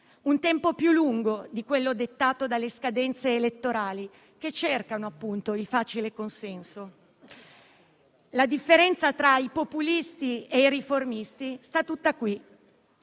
un tempo più lungo di quello dettato dalle scadenze elettorali, che cercano, appunto, il facile consenso. La differenza tra i populisti e i riformisti è tutta qui.